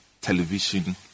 television